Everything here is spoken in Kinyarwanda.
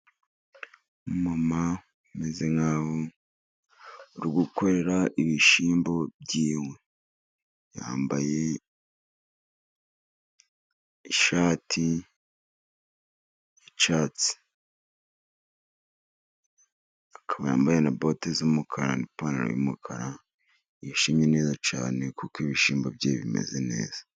Umumama umeze nkaho uri gukorera ibishyimbo by'iwe yambaye ishati y'icyatsi, akaba yambaye na bote z'umukara n'ipantaro y'umukara, yishimye cyane kuko ibishyimbo bye bimeze neza.